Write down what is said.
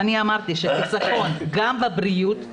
אמרתי שחסכון גם בבריאות,